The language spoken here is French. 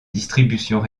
distributions